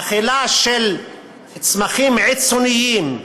אכילה של צמחים עצוניים,